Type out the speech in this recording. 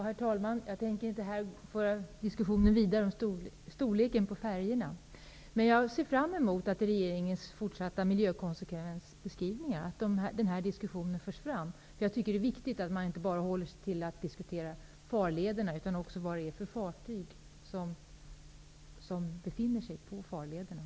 Herr talman! Jag tänker inte här föra diskussionen om storleken på färjorna vidare. Men jag ser fram emot att den här förda diskussionen förs fram inför regeringens fortsatta miljökonsekvensbeskrivningar. Det är viktigt att man inte bara diskuterar farlederna, utan också vilka fartyg som trafikerar dem.